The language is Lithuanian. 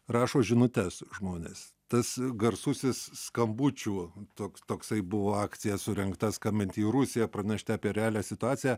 rašo žinutes žmonės tas garsusis skambučių toks toksai buvo akcija surengta skambinti į rusiją pranešti apie realią situaciją